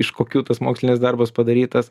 iš kokių tas mokslinis darbas padarytas